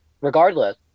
regardless